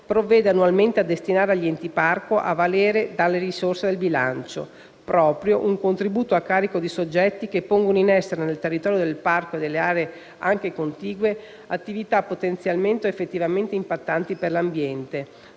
provvede annualmente a destinare agli Enti parco a valere dalle risorse del proprio bilancio, si prevede un contributo a carico di soggetti che pongono in essere nel territorio del parco e delle aree anche contigue attività potenzialmente o effettivamente impattanti per l'ambiente,